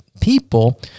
people